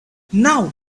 now